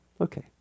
Okay